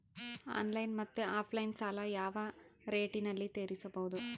Online ಮತ್ತೆ offline ಸಾಲ ಯಾವ ಯಾವ ರೇತಿನಲ್ಲಿ ತೇರಿಸಬಹುದು?